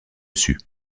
dessus